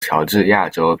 乔治亚州